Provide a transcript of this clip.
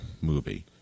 movie